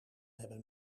hebben